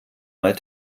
mal